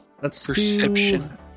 perception